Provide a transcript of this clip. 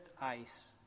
ice